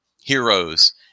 heroes